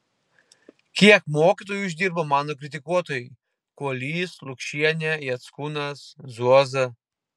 kiek mokytoju išdirbo mano kritikuotojai kuolys lukšienė jackūnas zuoza